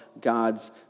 God's